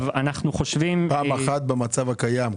פעם אחת במצב הקיים.